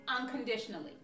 unconditionally